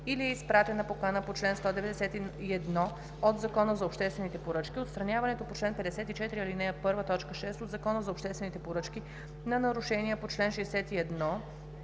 или е изпратена покана по чл. 191 от Закона за обществените поръчки, отстраняването по чл. 54, ал. 1, т. 6 от Закона за обществените поръчки за нарушения по чл. 61,